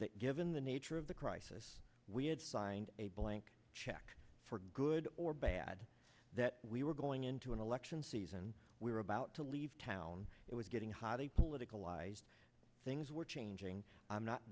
that given the nature of the crisis we had signed a blank check for good or bad that we were going into an election season we were about to leave town it was getting hard a political lies things were changing i'm not